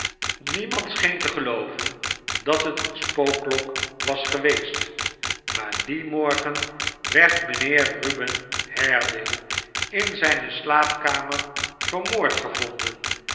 niemand scheen te gelooyen dat het eene spookklok was geweest maar dien morgen werd mijnheer ruben haredale in zijne slaapkamer vermoord gevonden